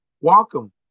welcome